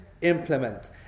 implement